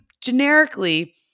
generically